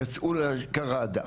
יצאו לקרדה,